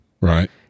Right